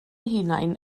hunain